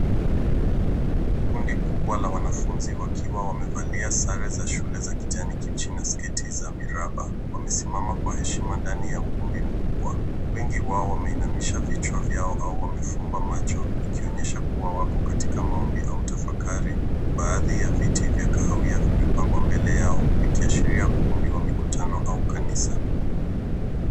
Kundi kubwa la wanafunzi wakiwa wamevalia sare za shule za kijani kibichi na sketi za miraba. Wamesimama kwa heshima ndani ya ukumbi mkubwa. Wengi wao wameinamisha vichwa vyao au wamefumba macho ikionyesha kuwa wako katika maombi au tafakari, baadhi ya viti vya kahawia vimepangwa mbele yao ikiashiri ukumbi wa mkutano au kanisa.